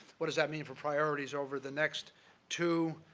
what does that mean for priorities over the next two.